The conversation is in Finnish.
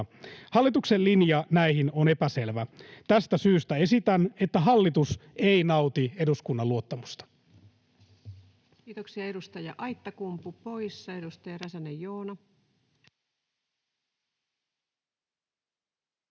Hallituksen linja näihin on epäselvä. Tästä syystä esitän, että hallitus ei nauti eduskunnan luottamusta. [Tuomas Kettunen: Hyvä, jämäkkä puhe